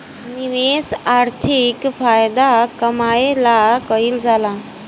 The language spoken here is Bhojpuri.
निवेश आर्थिक फायदा कमाए ला कइल जाला